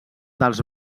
dels